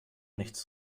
nichts